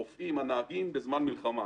הרופאים והנהגים בזמן מלחמה,